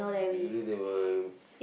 usually they will f~